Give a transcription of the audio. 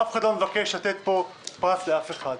אף אחד לא מבקש לתת פה פרס לאף אחד.